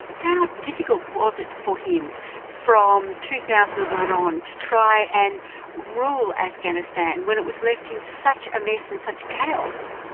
how difficult was it for him from two thousand and one on to try and rule afghanistan when it was left in such a mess and such chaos?